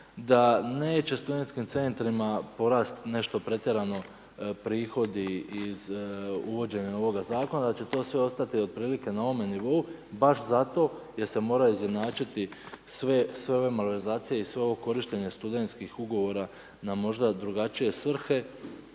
da neće studentskim centrima porasti nešto pretjerano prihodi iz uvođenja ovoga zakona, da će sve ostati otprilike na ovome nivou, baš zato jer se moraju izjednačiti sve ove malverzacije i svo ovo korištenje studentskih ugovora na možda drugačije svrhe